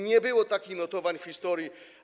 Nie było takich notowań w historii.